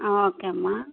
okay అమ్మ